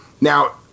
Now